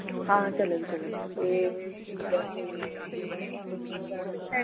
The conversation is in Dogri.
हां चला दी चला दी एह्